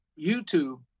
YouTube